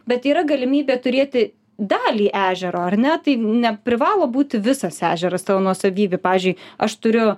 bet yra galimybė turėti dalį ežero ar ne tai neprivalo būti visas ežeras tavo nuosavybė pavyzdžiui aš turiu